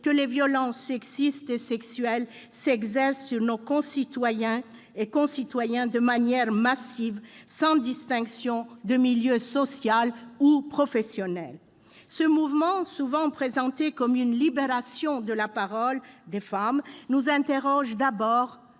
que les violences sexistes et sexuelles s'exercent sur nos concitoyennes de manière massive, sans distinction de milieu social ou professionnel. Ce mouvement, souvent présenté comme une libération de la parole des femmes, nous interroge d'abord